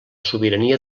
sobirania